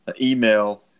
email